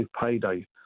payday